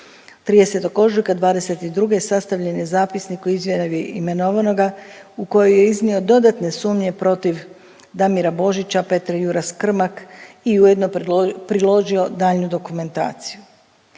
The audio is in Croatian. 30. ožujka 2022. sastavljen je zapisnik o izjavi imenovanoga u kojoj je iznio dodatne sumnje protiv Damira Božića, Petre Juras Krmak i ujedno priložio daljnju dokumentaciju.